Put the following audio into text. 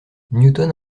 newton